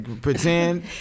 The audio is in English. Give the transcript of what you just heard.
pretend